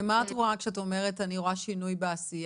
ומה את רואה כשאת אומרת "אני רואה שינוי בעשייה"?